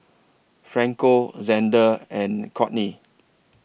Franco Zander and Courtney